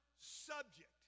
subject